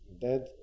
dead